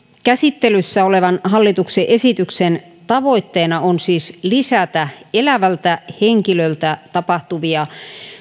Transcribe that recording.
käsittelyssä olevan hallituksen esityksen tavoitteena on siis lisätä elävältä henkilöltä tapahtuvia